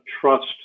trust